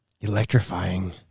electrifying